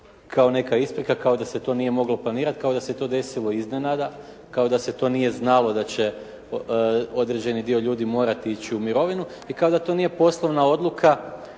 kao neka isprika, kao da se to nije moglo planirati, kao da se to desilo iznenada, kao da se to nije znalo da će određeni dio ljudi morati ići u mirovinu i kada to nije poslovna odluka